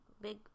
big